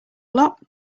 lot